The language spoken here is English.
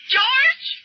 George